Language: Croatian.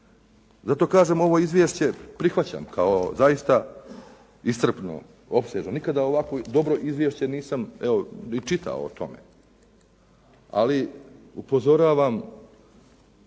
Zato kažem ovo izvješće prihvaćam kao zaista iscrpno, opsežno, nikada ovakvo dobro izvješće nisam ni čitao o tome, ali upozoravam